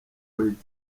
point